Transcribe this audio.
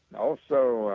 also